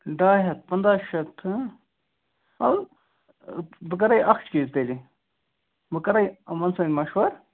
ڈاے ہَتھ پَنٛداہ شَتھ اَدٕ بہٕ کَرَے اَکھ چیٖزتیٚلہِ بہٕ کَرَے یِمَن سۭتۍ مَشوَر